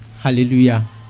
Hallelujah